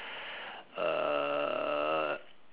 uh